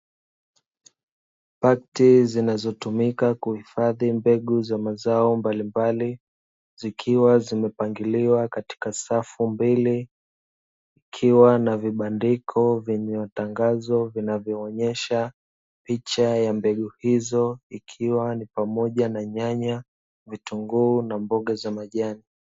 Pakiti zinazotumika kuhifadhi mbegu za mazao mbalimbali zikiwa zimepangiliwa katika safu mbili, ikiwa na vibandiko vyenye tangazo na vinaonyesha picha ya mbegu hizo ikiwa ni pamoja na nyanya, vitunguu na mboga za majani.